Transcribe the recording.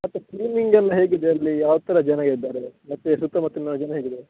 ಮತ್ತೆ ಕ್ಲೀನಿಂಗ್ ಎಲ್ಲ ಹೇಗೆ ಇದೆ ಅಲ್ಲಿ ಯಾವ ಥರ ಜನ ಇದ್ದಾರೆ ಮತ್ತೆ ಸುತ್ತ ಮುತ್ತಲಿನ ಜನ ಹೇಗಿದ್ದಾರೆ